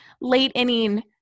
late-inning